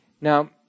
now